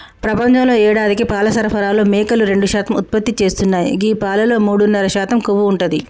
ప్రపంచంలో యేడాదికి పాల సరఫరాలో మేకలు రెండు శాతం ఉత్పత్తి చేస్తున్నాయి గీ పాలలో మూడున్నర శాతం కొవ్వు ఉంటది